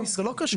זה לא קשור.